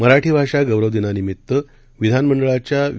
मराठी भाषा गौरव दिनानिमित्तानं विधानमंडळाच्या वि